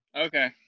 Okay